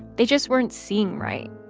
they just weren't seeing right,